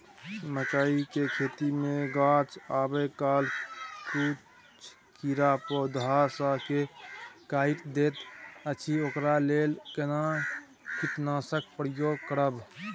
मकई के खेती मे गाछ आबै काल किछ कीरा पौधा स के काइट दैत अछि ओकरा लेल केना कीटनासक प्रयोग करब?